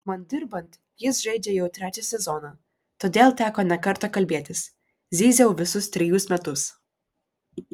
man dirbant jis žaidžia jau trečią sezoną todėl teko ne kartą kalbėtis zyziau visus trejus metus